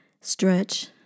stretch